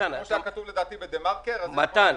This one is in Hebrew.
כמו שהיה כתוב לדעתי בדה-מרקר --- מתן,